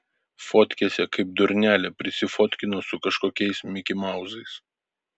fotkėse kaip durnelė prisifotkino su kažkokiais mikimauzais